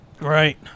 Right